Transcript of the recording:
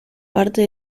parte